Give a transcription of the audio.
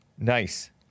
Nice